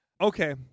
Okay